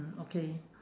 mm okay